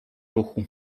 ruchu